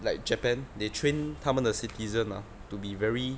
like japan they train 她们的 citizen ah to be very